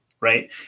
Right